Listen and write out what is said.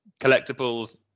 collectibles